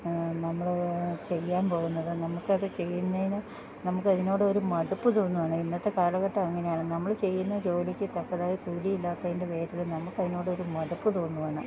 നമ്മൾ ചെയ്യാൻ പോകുന്നത് നമുക്ക് അത് ചെയ്യുന്നതിന് നമുക്ക് അതിനോട് ഒരു മടുപ്പ് തോന്നുവാണ് ഇന്നത്തെ കാലഘട്ടം അങ്ങനെയാണ് നമ്മൾ ചെയ്യുന്ന ജോലിക്ക് തക്കതായി കൂലിയില്ലാത്തതിൻ്റെ പേരിൽ നമുക്ക് അതിനോടൊരു മടുപ്പ് തോന്നുവാണ്